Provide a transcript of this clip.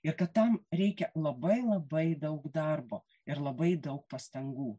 ir kad tam reikia labai labai daug darbo ir labai daug pastangų